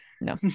no